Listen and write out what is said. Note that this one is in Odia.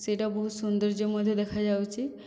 ସେଇଟା ବହୁତ ସୌନ୍ଦର୍ଯ୍ୟ ମଧ୍ୟ ଦେଖାଯାଉଛି